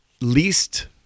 least